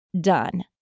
done